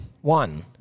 One